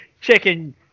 chicken